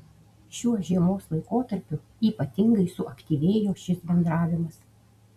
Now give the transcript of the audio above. šiuo žiemos laikotarpiu ypatingai suaktyvėjo šis bendravimas